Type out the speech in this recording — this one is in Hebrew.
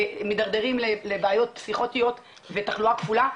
מתדרדרים לבעיות פסיכוטיות ותחלואה כפולה,